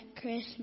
Christmas